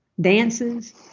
dances